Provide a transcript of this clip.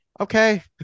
Okay